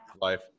life